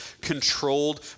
controlled